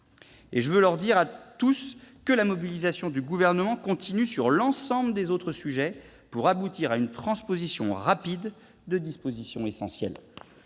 Et je veux leur dire à tous que la mobilisation du Gouvernement continue sur l'ensemble des autres sujets, pour aboutir à une transposition rapide de dispositions essentielles.